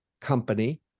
company